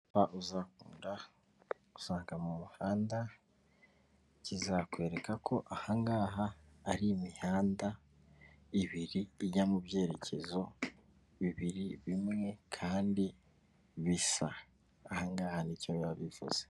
Icyapa uzakunda gusanga mu muhanda, kizakwereka ko ahangaha ari imihanda ibiri ijya mu byerekezo bibiri bimwe, kandi bisa aha ngaha nicyo biba bivuze.